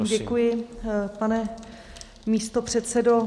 Děkuji, pane místopředsedo.